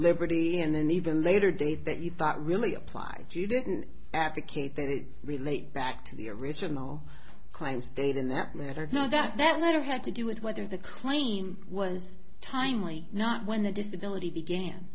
liberty and then even a later date that you thought really applied you didn't advocate that it relates back to the original claims date in that matter know that that letter had to do with whether the claim was timely not when the disability began